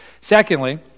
Secondly